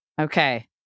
Okay